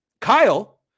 Kyle